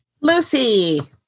Lucy